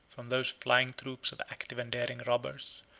from those flying troops of active and daring robbers,